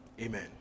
Amen